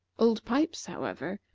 old pipes, however,